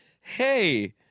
Hey